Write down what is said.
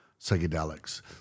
psychedelics